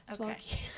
Okay